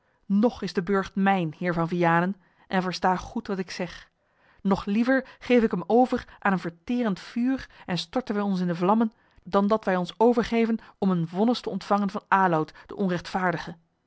nog is de burcht mijn heer van vianen en versta goed wat ik zeg nog liever geef ik hem over aan een verterend vuur en storten wij ons in de vlammen dan dat wij ons overgeven om een vonnis te ontvangen van aloud den onrechtvaardigen